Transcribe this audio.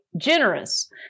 generous